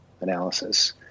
analysis